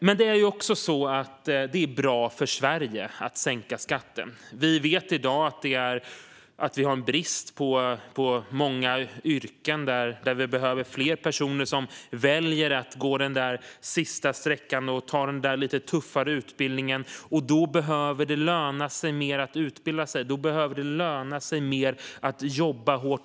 Men det är också bra för Sverige att sänka skatten. Vi vet i att vi i dag har brist på många yrken. Vi behöver fler personer som väljer att gå den sista sträckan och gå den lite tuffare utbildningen. Då behöver det löna sig mer att utbilda sig. Det behöver löna sig mer att jobba hårt.